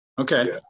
Okay